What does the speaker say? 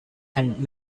and